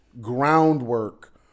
groundwork